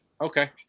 Okay